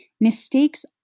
Mistakes